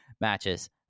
matches